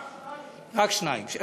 רק שניים?